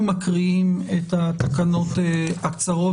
אנחנו מקריאים את התקנות הקצרות.